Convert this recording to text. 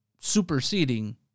superseding